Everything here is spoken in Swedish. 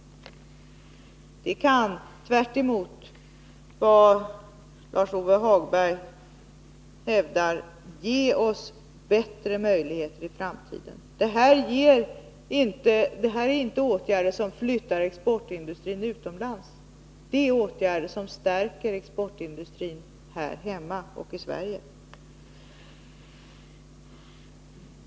Det kan, tvärtemot vad Lars-Ove Hagberg hävdar, ge oss bättre möjligheter i framtiden. Detta är inte åtgärder som flyttar exportindustrin utomlands — det är åtgärder som stärker exportindustrin här hemma i Sverige.